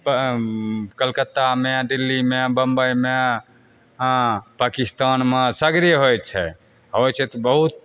कलकत्ता मे दिल्लीमे बम्बइमे हँ पकिस्तानमे सगरे होइ छै होइ छै तऽ बहुत